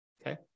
Okay